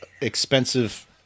expensive